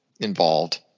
involved